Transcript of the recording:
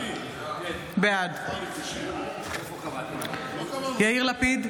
בעד יאיר לפיד,